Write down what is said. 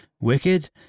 Wicked